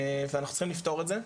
ואנחנו צריכים לפתור את זה.